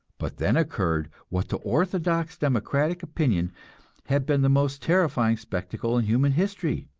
but then occurred what to orthodox democratic opinion has been the most terrifying spectacle in human history.